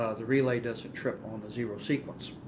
the relay doesn't trip on the zero sequence.